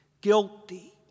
guilty